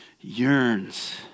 yearns